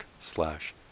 slash